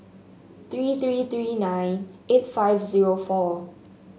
three three three nine eight five zero four